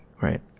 right